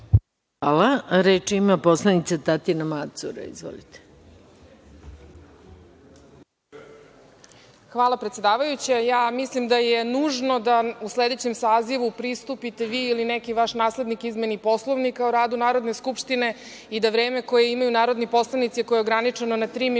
Reč ima poslanica Tatjana Macura. Izvolite. **Tatjana Macura** Hvala predsedavajuća. Mislim da je nužno da u sledećem sazivu pristupite vi ili neki vaš naslednik izmeni Poslovnika o radu Narodne skupštine i da vreme koje imaju narodni poslanici, a koje je ograničeno na tri minuta,